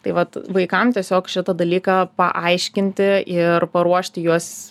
tai vat vaikam tiesiog šitą dalyką paaiškinti ir paruošti juos